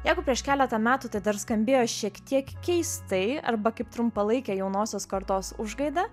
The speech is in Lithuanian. jeigu prieš keletą metų tai dar skambėjo šiek tiek keistai arba kaip trumpalaikė jaunosios kartos užgaida